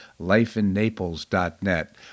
lifeinnaples.net